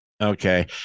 Okay